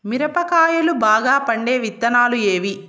మిరప కాయలు బాగా పండే విత్తనాలు ఏవి